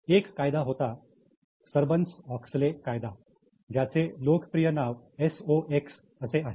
एक कायदा होता सर्बन्स ऑक्सले कायदा ज्याचे लोकप्रिय नाव एस ओ एक्स असे आहे